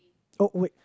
oh wait